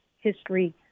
history